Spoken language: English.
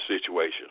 situation